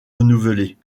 renouvelés